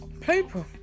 paper